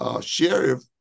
sheriff